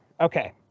Okay